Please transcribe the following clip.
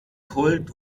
kult